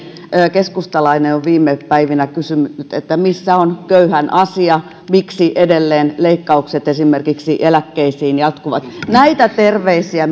keskustalainen on viime päivinä kysynyt että missä on köyhän asia miksi edelleen leikkaukset esimerkiksi eläkkeisiin jatkuvat näitä terveisiä